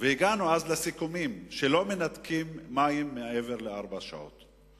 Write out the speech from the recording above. והגענו אז לסיכומים שלא מנתקים מים מעבר לארבע שעות.